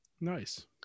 nice